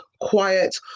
quiet